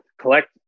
collect